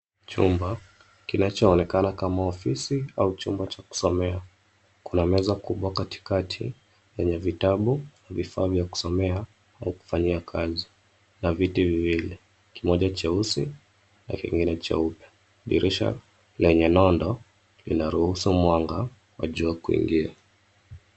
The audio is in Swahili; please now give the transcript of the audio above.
Chumba kinachoonekana kama ofisi au chumba cha kusomea. Kuna meza kubwa katikati yenye vitabu, vifaa vya kusomea au kufanyia kazi na viti viwili, kimoja cheusi na kingine cheupe. Dirisha lenye nondo linaruhusu mwanga wa jua kuingia.